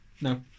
No